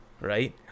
right